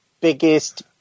biggest